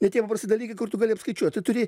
ne tie dalykai kur tu gali apskaičiuot tu turi